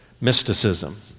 mysticism